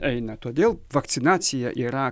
eina todėl vakcinacija yra